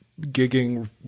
gigging